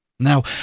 Now